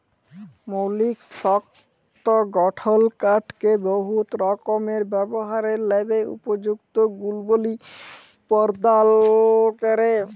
মৌলিক শক্ত গঠল কাঠকে বহুত রকমের ব্যাভারের ল্যাযে উপযুক্ত গুলবলি পরদাল ক্যরে